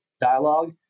dialogue